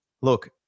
Look